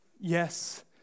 yes